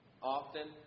often